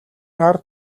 ард